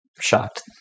shocked